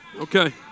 okay